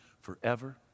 forever